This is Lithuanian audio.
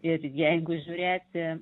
ir jeigu žiūrėti